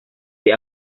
the